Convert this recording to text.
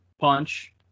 punch